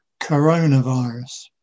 coronavirus